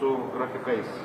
su grafikais